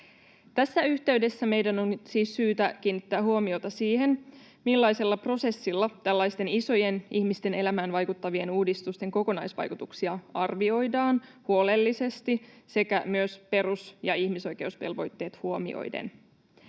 Tässä yhteydessä meidän on nyt siis syytä kiinnittää huomiota siihen, millaisella prosessilla tällaisten ihmisten elämään vaikuttavien isojen uudistusten kokonaisvaikutuksia arvioidaan huolellisesti sekä myös perus- ja ihmisoikeusvelvoitteet huomioiden.